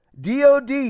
DOD